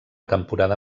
temporada